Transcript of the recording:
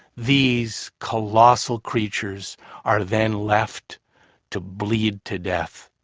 these colossal creatures are then left to bleed to death,